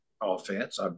offense